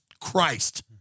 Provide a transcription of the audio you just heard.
Christ